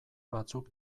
batzuk